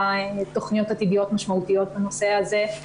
תוכניות עתידיות משמעותיות בנושא הזה,